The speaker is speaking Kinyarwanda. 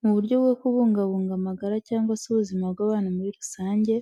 Mu buryo bwo kubungabunga amagara cyangwa se ubuzima bw'abantu muri rusange,